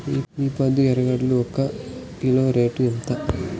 ఈపొద్దు ఎర్రగడ్డలు ఒక క్వింటాలు రేటు ఎంత?